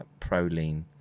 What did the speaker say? proline